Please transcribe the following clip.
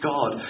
God